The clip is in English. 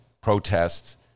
protests